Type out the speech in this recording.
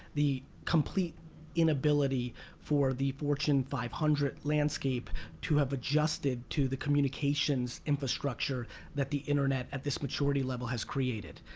the complete inability for the fortune five hundred landscape to have adjusted to the communications infrastructure that the internet at this maturity level has created.